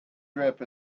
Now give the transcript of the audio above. drip